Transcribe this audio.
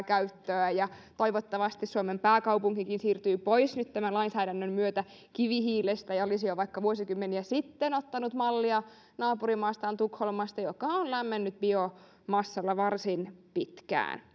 käyttöä ja toivottavasti suomen pääkaupunkikin siirtyy nyt tämän lainsäädännön myötä pois kivihiilestä ja olisi voinut jo vaikka vuosikymmeniä sitten ottaa mallia naapurimaastaan tukholmasta joka on lämmennyt biomassalla varsin pitkään